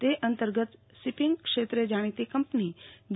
તે અંતર્ગત શિપિંગ ક્ષેત્રે જાણીતી કંપની જે